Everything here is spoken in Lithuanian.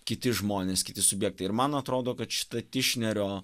kiti žmonės kiti subjektai ir man atrodo kad šita tišnerio